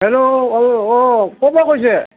hello ঔ ঔ ক'ৰপৰা কৈছে